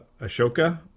Ashoka